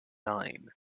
line